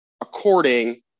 according